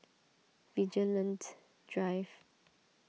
Vigilante Drive